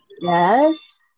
Yes